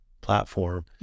platform